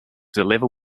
deliver